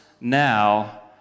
now